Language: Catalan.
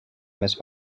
més